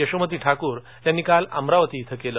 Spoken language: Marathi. यशोमती ठाकूर यांनी काल अमरावती इथं केलं